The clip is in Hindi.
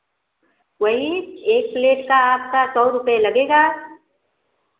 वही एक प्लेट का आपका सौ रुपये लगेगा